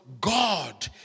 God